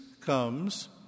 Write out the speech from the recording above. comes